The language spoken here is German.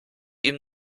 ihn